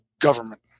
government